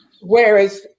Whereas